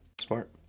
smart